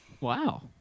Wow